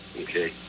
Okay